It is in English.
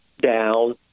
down